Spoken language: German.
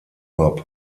hop